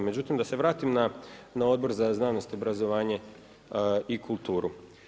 Međutim da se vratim na Odbor za znanost, obrazovanje i kulturu.